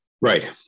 Right